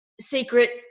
secret